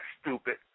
stupid